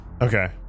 Okay